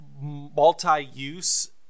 multi-use